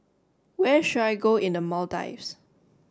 where should I go in a Maldives